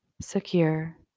secure